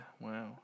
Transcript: wow